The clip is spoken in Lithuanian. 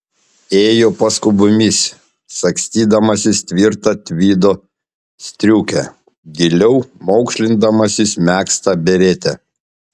ėjo paskubomis sagstydamasis tvirtą tvido striukę giliau maukšlindamasis megztą beretę